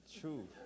True